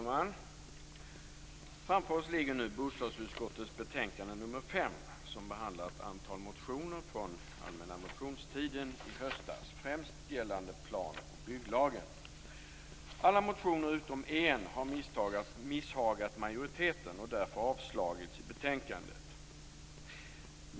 Herr talman! Framför oss ligger nu bostadsutskottets betänkande 5 som behandlar ett antal motioner från allmänna motionstiden i höstas, främst gällande plan och bygglagen. Alla motioner utom en har misshagat majoriteten och därför avstyrkts i betänkandet.